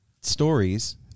stories